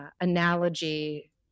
analogy